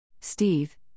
Steve